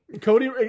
Cody